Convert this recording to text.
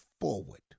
forward